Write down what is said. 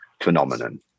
phenomenon